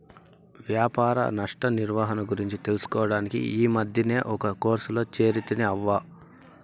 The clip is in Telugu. వ్యాపార నష్ట నిర్వహణ గురించి తెలుసుకోడానికి ఈ మద్దినే ఒక కోర్సులో చేరితిని అవ్వా